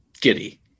Giddy